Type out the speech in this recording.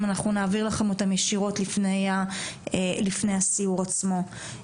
אנחנו נעביר לכם אותם ישירות לפני הסיור עצמו.